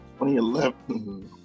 2011